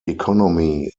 economy